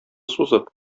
сузып